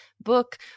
book